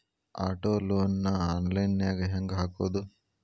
Auto loan ನ online ನ್ಯಾಗ್ ಹೆಂಗ್ ಹಾಕೊದು?